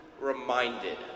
reminded